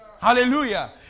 Hallelujah